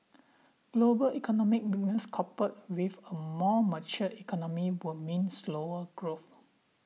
global economic weakness coupled with a more mature economy will mean slower growth